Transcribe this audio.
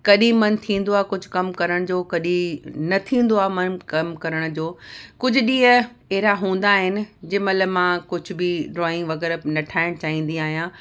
कॾहिं मन थींदो आहे कुझ कम करण जो कॾहिं न थींदो आहे मनु कम करण जो कुझु ॾींहं अहिड़ा हूंदा आहिनि जंहिं महिल मां कुझ बि ड्रॉइंग वग़ैरह न ठाहिणु चाहींदी आहियां